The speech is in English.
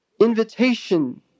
invitation